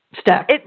step